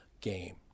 game